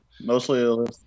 Mostly